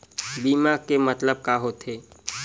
बीमा के मतलब का होथे?